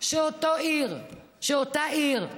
שאותה עיר,